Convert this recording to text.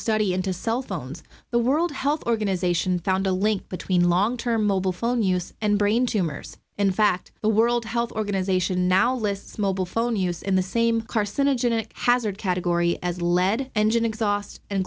study into cell phones the world health organization found a link between long term mobile phone use and brain tumors in fact the world health organization now lists mobile phone use in the same carcinogen and hazard category as lead engine exhaust and